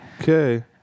Okay